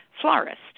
florist